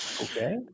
Okay